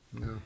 No